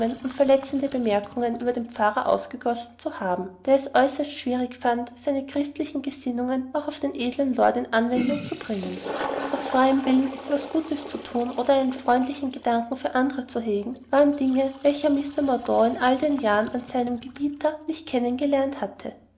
und verletzende bemerkungen über den pfarrer ausgegossen zu haben der es äußerst schwierig fand seine christlichen gesinnungen auch auf den edlen lord in anwendung zu bringen aus freiem willen etwas gutes thun oder einen freundlichen gedanken für andre hegen waren dinge welche mr mordaunt in all den jahren an seinem gebieter nicht kennen gelernt hatte